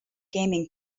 gaming